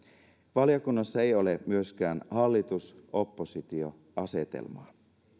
valiokunnassa ei ole myöskään hallitus oppositio asetelmaa